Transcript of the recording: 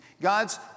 God's